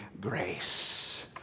grace